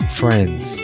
friends